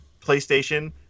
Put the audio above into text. PlayStation